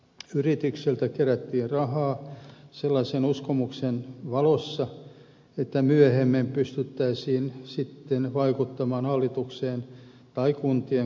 yritykseltä kerättiin rahaa sellaisen uskomuksen valossa että myöhemmin pystyttäisiin sitten vaikuttamaan hallitukseen tai kuntien kaavoitusratkaisuihin